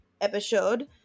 episode